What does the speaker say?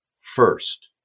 first